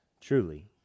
truly